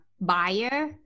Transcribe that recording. buyer